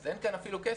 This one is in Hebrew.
אז אין כאן אפילו כסף,